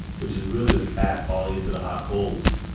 which is really the fat falling into the hot coals.